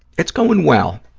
it's going well.